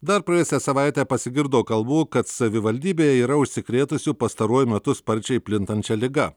dar praėjusią savaitę pasigirdo kalbų kad savivaldybėje yra užsikrėtusių pastaruoju metu sparčiai plintančia liga